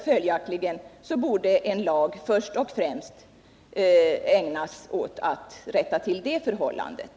Följaktligen borde en lag först och främst avse att rätta till det förhållandet.